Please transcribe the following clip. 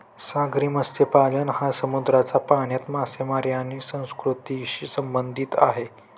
सागरी मत्स्यपालन हा समुद्राच्या पाण्यात मासेमारी आणि संस्कृतीशी संबंधित आहे